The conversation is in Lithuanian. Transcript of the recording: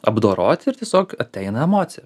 apdoroti ir tiesiog ateina emocija